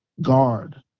guard